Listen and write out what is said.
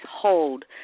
hold